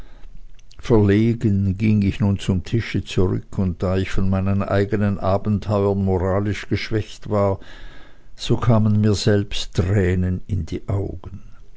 verlegen ging ich zum tische zurück und da ich von meinen eigenen abenteuern moralisch geschwächt war so kamen mir selbst tränen in die augen